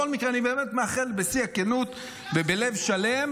בכל מקרה, אני באמת מאחל בשיא הכנות ובלב שלם